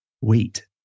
wait